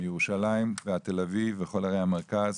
מירושלים ועד תל-אביב וכל ערי המרכז,